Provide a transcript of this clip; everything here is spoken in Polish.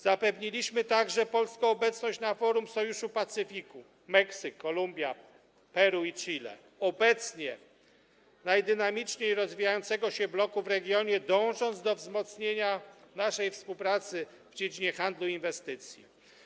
Zapewniliśmy także polską obecność na forum Sojuszu Pacyfiku: Meksyk, Kolumbia, Peru i Chile, obecnie najdynamiczniej rozwijającego się bloku w regionie, dążąc do wzmocnienia naszej współpracy w dziedzinie handlu i inwestycji.